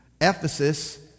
Ephesus